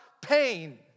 pain